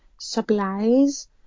supplies